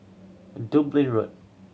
Dublin Road